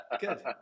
Good